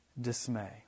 dismay